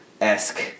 esque